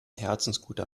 herzensguter